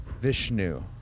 vishnu